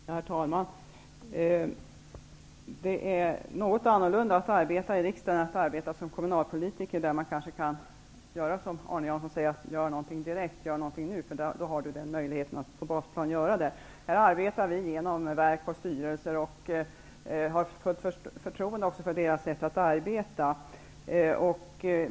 Herr talman! Det är något annorlunda att arbeta i riksdagen än att arbeta som kommunalpolitiker. Då kanske man kan göra som Arne Jansson säger, dvs. att göra någonting direkt och göra det nu. Man har på basplanet möjlighet att göra detta. Här arbetar vi genom verk och styrelser, och vi har fullt förtroende för deras sätt att arbeta.